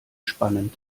spannend